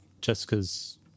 Jessica's